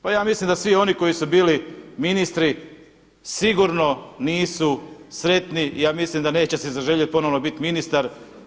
Pa ja mislim da svi oni koji su bili ministri sigurno nisu sretni, ja mislim da neće si zaželjet ponovno bit ministar.